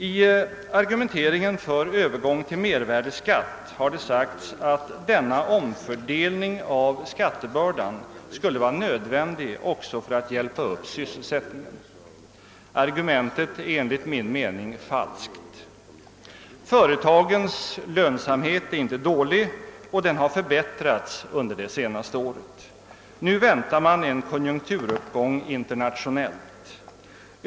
I argumenteringen för övergång till mervärdeskatt har det sagts att denna omfördelning av skattebördan skulle vara nödvändig också för att hjälpa upp sysselsättningen. Argumentet är enligt min mening falskt. Företagens lönsamhet är inte dålig, och den har förbättrats under det senaste året. Nu väntar man en konjunkturuppgång internationellt.